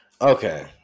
Okay